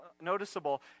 noticeable